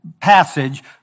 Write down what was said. passage